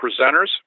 presenters